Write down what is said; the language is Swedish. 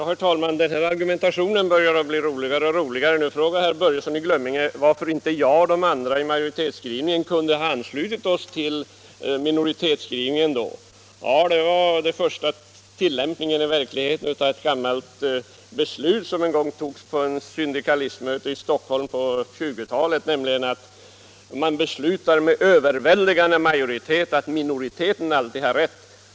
Herr talman! Den här argumentationen blir roligare och roligare. Nu frågar herr Börjesson i Glömminge varför inte jag och de andra som står bakom majoritetsskrivningen kunde ansluta oss till minoritetsskrivningen. Det var första gången jag varit med om tillämpningen i verkligheten av ett gammalt beslut som på 1920-talet togs på ett syndikalistmöte i Stockholm då man beslutade med överväldigande majoritet att minoriteten alltid har rätt.